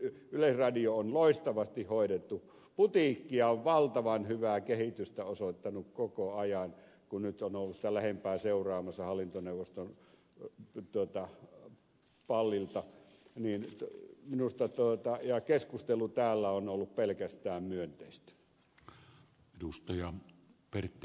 yleisradio on loistavasti hoidettu putiikki ja on valtavan hyvää kehitystä osoittanut koko ajan kun nyt on ollut sitä lähempää seuraamassa hallintoneuvoston pallilta ja keskustelu täällä on ollut pelkästään myönteistä